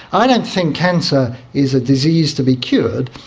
i don't think cancer is a disease to be cured,